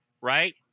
right